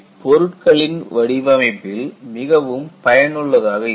இது பொருட்களின் வடிவமைப்பில் மிகவும் பயனுள்ளதாக இருக்கும்